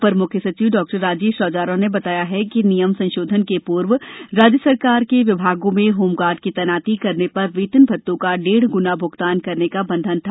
अपर म्ख्य सचिव डॉ राजेश राजौरा ने बताया है कि नियम संशोधन के पूर्व राज्य सरकार के विभागों में होमगार्ड की तैनाती करने पर वेतन भत्तों का डेढ़ ग्ना भ्गतान करने का बँधन था